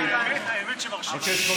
ולארבע-חמש לא נתתם כלום.